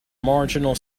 marginal